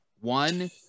One